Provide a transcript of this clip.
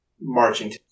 marching